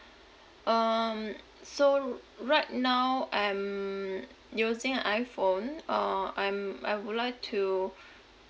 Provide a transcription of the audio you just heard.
um so r~ right now I'm using iphone uh I'm I would like to